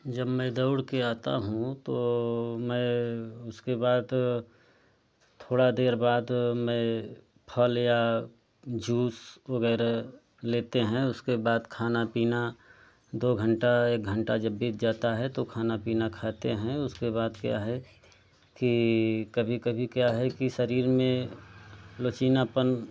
जब मैं दौड़ के आता हूँ तो मैं उसके बाद थोड़ा देर बाद मैं फल या जूस वगैरह लेते हैं उसके बाद खाना पीना दो घंटा एक घंटा जब भी जाता है तो खाना पीना खाते हैं उसके बाद क्या है कि कभी कभी क्या है कि शरीर में लोचीनापन